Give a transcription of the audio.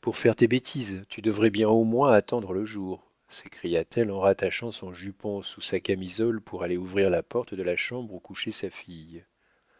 pour faire tes bêtises tu devrais bien au moins attendre le jour s'écria-t-elle en rattachant son jupon sous sa camisole pour aller ouvrir la porte de la chambre où couchait sa fille